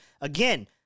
again